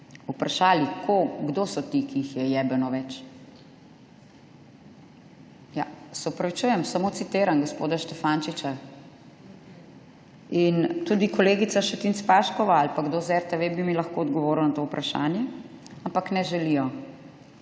vprašali, kdo so ti, ki jih je »jebeno več«. Ja, se opravičujem, samo citiram gospoda Štefančiča. In tudi kolegica Šetinc Paškova ali pa kdo z RTV bi mi lahko odgovoril na to vprašanje, ampak ne želijo.